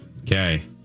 Okay